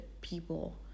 people